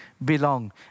Belong